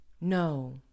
No